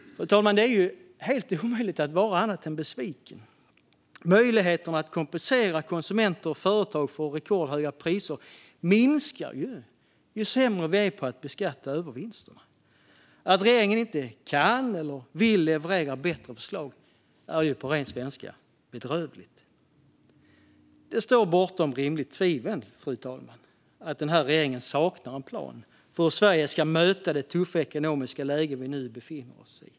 Fru talman! Det är helt omöjligt att vara annat än besviken. Möjligheterna att kompensera konsumenter och företag för rekordhöga priser minskar ju sämre vi är på att beskatta övervinsterna. Att regeringen inte kan eller vill leverera bättre förslag är på ren svenska bedrövligt. Fru talman! Det står bortom rimligt tvivel att regeringen saknar en plan för hur Sverige ska möta det tuffa ekonomiska läge vi nu befinner oss i.